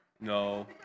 No